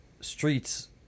streets